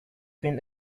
been